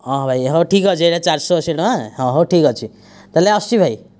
ହଁ ଭାଇ ହେଉ ଠିକ ଅଛି ଏହିଟା ଚାରିଶହ ଅଶୀ ଟଙ୍କା ହଁ ହେଉ ଠିକ ଅଛି ତା'ହେଲେ ଆସୁଛି ଭାଇ